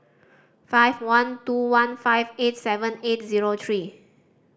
five one two one five eight seven eight zero three